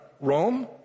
rome